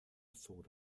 thought